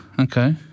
Okay